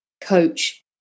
coach